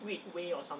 wait way or some